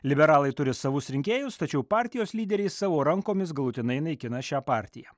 liberalai turi savus rinkėjus tačiau partijos lyderiai savo rankomis galutinai naikina šią partiją